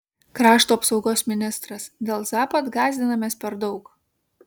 krašto apsaugos ministras dėl zapad gąsdinamės per daug